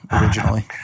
originally